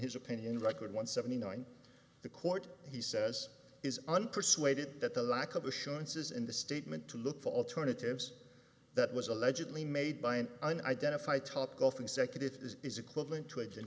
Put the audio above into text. his opinion record one seventy nine the court he says is unpersuaded that the lack of assurances in the statement to look for alternatives that was allegedly made by an identified top gulf executive is equivalent to a